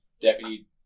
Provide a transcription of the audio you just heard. deputy